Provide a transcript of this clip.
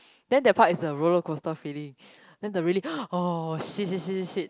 then that part is the rollercoaster feeling then the really oh shit shit shit shit shit